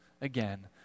again